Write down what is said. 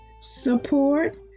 support